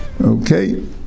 Okay